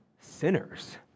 sinners